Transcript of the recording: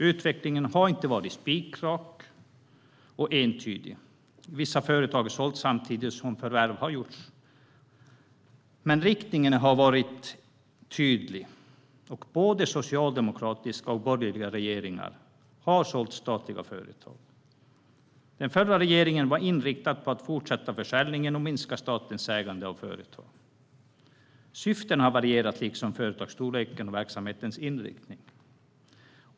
Utvecklingen har inte varit spikrak och entydig. Vissa företag har sålts samtidigt som förvärv har gjorts. Men riktningen har varit tydlig, och både socialdemokratiska och borgerliga regeringar har sålt statliga företag. Den förra regeringen var inriktad på att fortsätta försäljningen och minska statens ägande av företag. Syftena har varierat liksom företagsstorleken och verksamhetens inriktning.